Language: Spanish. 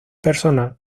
personal